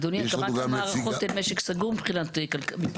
אדוני, הקמת המערכות הן משק סגור מבחינה כלכלית.